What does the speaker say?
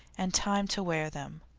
and time to wear them.